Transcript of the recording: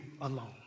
alone